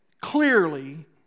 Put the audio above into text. clearly